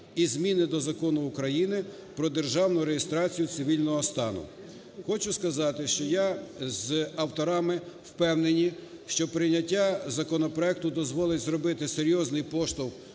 зміни до Закону України "Про державну реєстрацію цивільного стану". Хочу сказати, що я з авторами впевнені, що прийняття законопроекту дозволить зробити серйозний поштовх